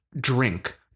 Drink